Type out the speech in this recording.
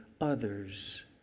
others